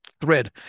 thread